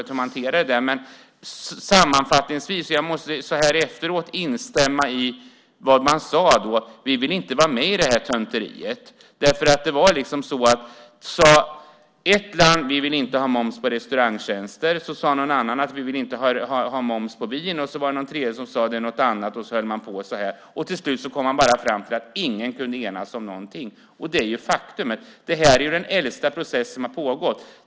Så här efteråt måste jag sammanfattningsvis instämma i vad man då sade: Vi vill inte vara med i det här tönteriet. Ett land sade: Vi vill inte ha moms på restaurangtjänster. Då sade något annat land: Vi vill inte ha moms på vin. Sedan var det ett tredje som sade någon annat, och så höll man på. Till slut kom man bara fram till att ingen kunde enas om någonting. Detta är ett faktum. Det är den äldsta process som har pågått.